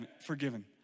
forgiven